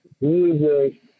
music